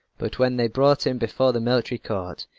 but when they brought him before the military court,